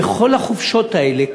בכל החופשות האלה,